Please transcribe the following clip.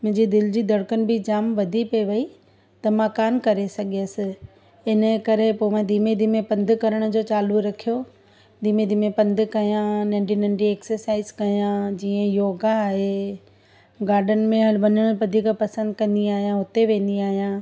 मुंहिंजे दिलि जी धड़कन बि जाम वधी पइ वेई त मां कान करे सघियसि इन जे करे पोइ मां धीमे धीमे पंधु करण जो चालू रखियो धीमे धीमे पंधु कयां नंढी नंढी एक्सरसाइज़ कयां जीअं योगा आहे गार्डन में हल वञणु वधीक पसंदि कंदी आहियां उते वेंदी आहियां